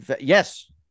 Yes